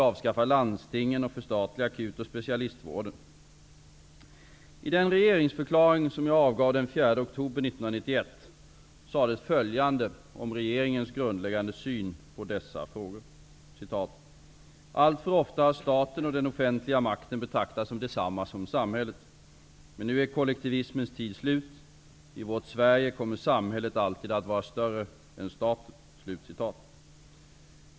I den regeringsförklaring som jag avgav den 4 oktober 1991 sades följande om regeringens grundläggande syn på dessa frågor: ''Alltför ofta har staten och den offentliga makten betraktats som detsamma som samhället. Men nu är kollektivismens tid slut. I vårt Sverige kommer samhället alltid att vara större än staten.''